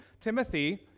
Timothy